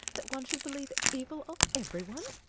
that one should believe evil of every one?